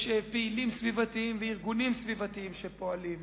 יש פעילים סביבתיים וארגונים סביבתיים שפועלים.